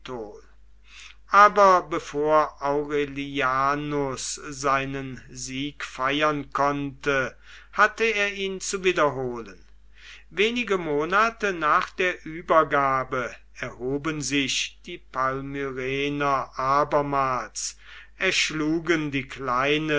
aber bevor aurelianus seinen sieg feiern konnte hatte er ihn zu wiederholen wenige monate nach der übergabe erhoben sich die palmyrener abermals erschlugen die kleine